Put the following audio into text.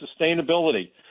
sustainability